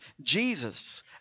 Jesus